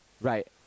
Right